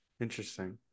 Interesting